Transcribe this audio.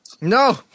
No